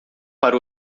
para